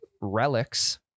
relics